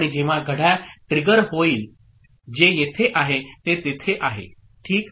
आणि जेव्हा घड्याळ ट्रिगर होईल जे येथे आहे ते तेथे आहे ठीक